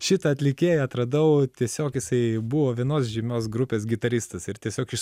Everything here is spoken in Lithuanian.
šitą atlikėją atradau tiesiog jisai buvo vienos žymios grupės gitaristas ir tiesiog iš